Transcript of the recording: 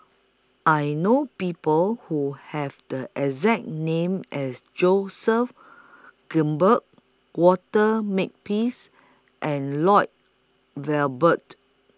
I know People Who Have The exact name as Joseph Grimberg Walter Makepeace and Lloyd Valberg